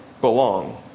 belong